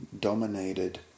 dominated